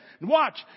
Watch